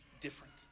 different